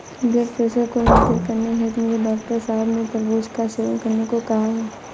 blood pressure को नियंत्रित करने हेतु मुझे डॉक्टर साहब ने तरबूज का सेवन करने को कहा है